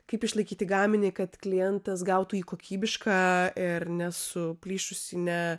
kaip išlaikyti gaminį kad klientas gautų jį kokybišką ir nesuplyšusį ne